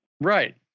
Right